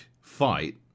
fight